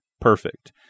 perfect